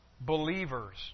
believers